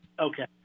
Okay